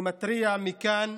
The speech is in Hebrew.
אני מתריע מכאן: